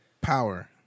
power